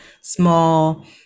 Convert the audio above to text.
small